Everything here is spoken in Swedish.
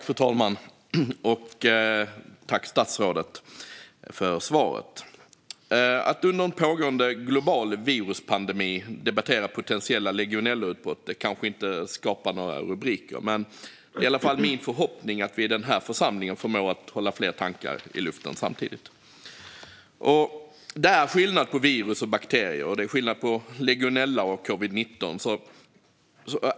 Fru talman! Tack, statsrådet, för svaret! Att under en pågående global viruspandemi debattera potentiella legionellautbrott kanske inte skapar några rubriker, men det är i alla fall min förhoppning att vi i denna församling förmår att hålla flera tankar i luften samtidigt. Det är skillnad på virus och bakterier, och det är skillnad på legionella och covid-19.